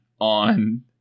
on